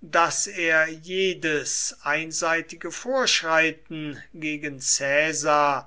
daß er jedes einseitige vorschreiten gegen caesar